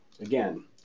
Again